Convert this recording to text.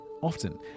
often